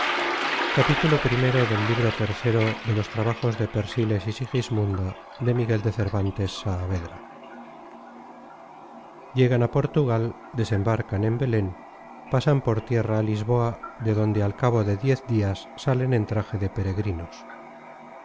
primero llegan á portugal desembarcan en belen pasan por tierra á lisboa de donde al cabo de diez dias salen en traje de peregrinos